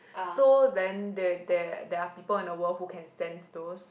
so then there there there are people in the world who can sense those